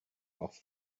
off